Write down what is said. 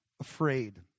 afraid